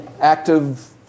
Active